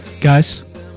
Guys